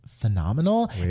Phenomenal